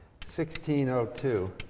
1602